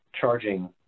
charging